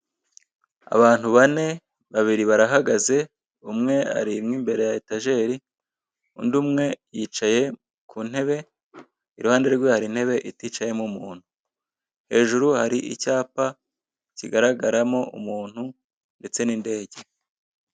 Abantu bane babiri barahagaze umwe ari mu imbere ya etajeri undi umwe yicaye ku ntebe iruhande rwe hari intebe iticayemo umuntu, hejuru hari icyapa kigaragaramo umuntu ndetse n'indege.